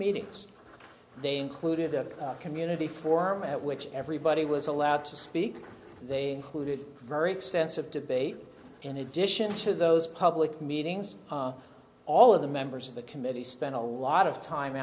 meetings they included a community forum at which everybody was allowed to speak they included very extensive debate in addition to those public meetings all of the members of the committee spent a lot of time